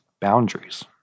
boundaries